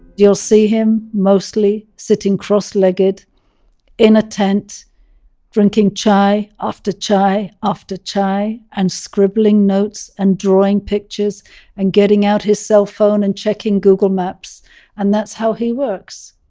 you'll see him mostly sitting cross-legged in a tent drinking chai after chai after chai and scribbling notes and drawing pictures and getting out his cell phone and checking google maps and that's how he works.